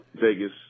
Vegas